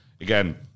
again